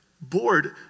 Bored